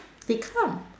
they come